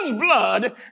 blood